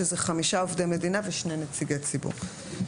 שזה חמישה עובדי מדינה ושני נציגי ציבור.